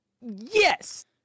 Yes